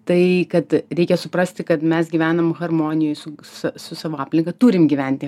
tai kad reikia suprasti kad mes gyvenam harmonijoj su su su savo aplinka turim gyventi